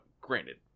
granted